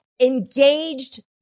engaged